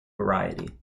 variety